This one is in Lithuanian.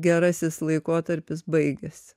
gerasis laikotarpis baigėsi